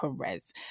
perez